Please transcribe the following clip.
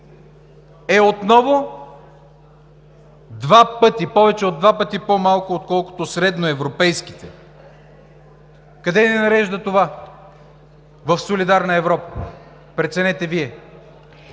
отново е повече от два пъти по-малко, отколкото средноевропейските. Къде ни нарежда това в солидарна Европа? Преценете Вие.